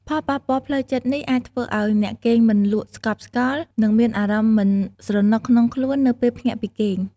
ផលប៉ះពាល់ផ្លូវចិត្តនេះអាចធ្វើឱ្យអ្នកគេងមិនលក់ស្កប់ស្កល់ និងមានអារម្មណ៍មិនស្រណុកក្នុងខ្លួននៅពេលភ្ញាក់ពីគេង។